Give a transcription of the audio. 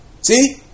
See